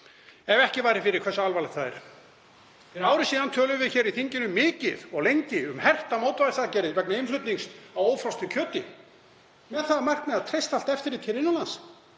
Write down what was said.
ef ekki væri fyrir hversu alvarlegt það er. Fyrir ári síðan tölum við í þinginu mikið og lengi um hertar mótvægisaðgerðir vegna innflutnings á ófrosnu kjöti með það að markmiði að treysta allt eftirlit innan lands